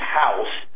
house